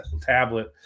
tablet